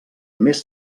més